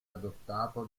adottato